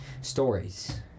stories